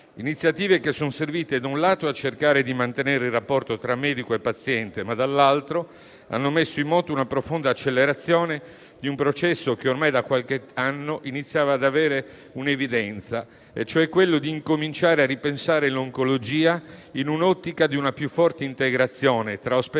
iniziative sono servite a cercare di mantenere il rapporto tra medico e paziente, ma allo stesso tempo hanno messo in moto una profonda accelerazione di un processo che ormai da qualche anno iniziava ad avere un'evidenza, ossia cominciare a ripensare l'oncologia nell'ottica di una più forte integrazione tra ospedale